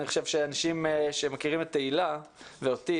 אני חושב שאנשים שמכירים את תהלה ואותי